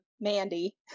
Mandy